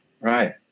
Right